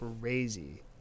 crazy